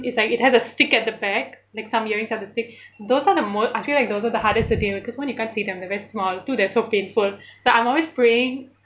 is like it has a stick at the back like some earrings have the stick those are the mo~ I feel like those are the hardest to deal with because when you can't see them they really small too they so painful so I always praying